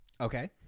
Okay